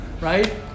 right